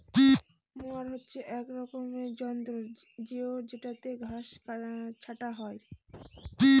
mower হচ্ছে এক রকমের যন্ত্র জেত্রযেটাতে ঘাস ছাটা হয়